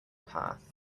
path